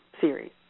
series